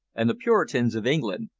and the puritans of england,